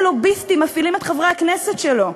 לוביסטים מפעילים את חברי הכנסת שלו.